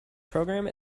program